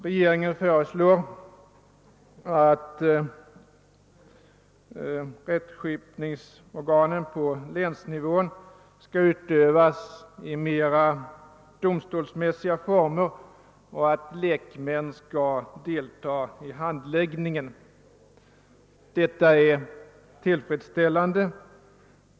Regeringen föreslår att rättskipningen på länsnivå skall utövas i mera domstolsmässiga former och att lekmännen skall delta i handläggningen. Detta är tillfredsställande.